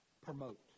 promote